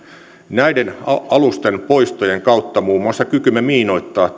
näiden alusten poistojen kautta muun muassa kykymme miinoittaa